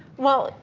well,